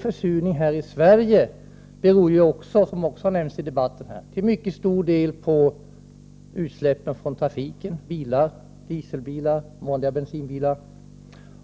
Försurningen här i Sverige beror ju också, vilket nämnts här i debatten, till mycket stor del på utsläpp från trafiken — från dieselbilar och från vanliga bensinbilar.